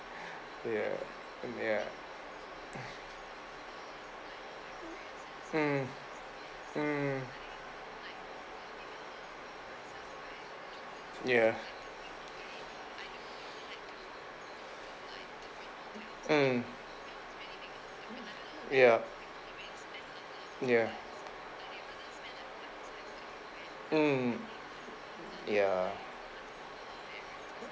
ya ya mm mm ya mm yup ya mm ya